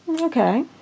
Okay